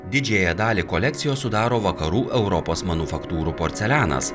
didžiąją dalį kolekcijos sudaro vakarų europos manufaktūrų porcelianas